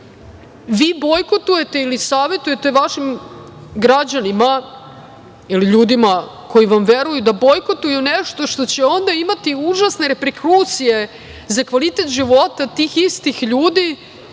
bojkotujete ili savetujete vašim građanima ili ljudima koji vam veruju da bojkotuju nešto što će onda imati užasne reperkusije za kvalitet života tih istih ljudi